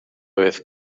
vez